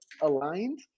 aligned